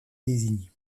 désigné